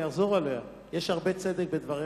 אני אחזור עליה: יש הרבה צדק בדבריך.